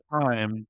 time